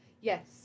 Yes